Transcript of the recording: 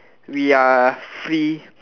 we are free